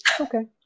Okay